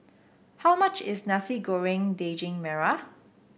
how much is Nasi Goreng Daging Merah